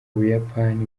buyapani